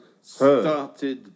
Started